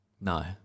No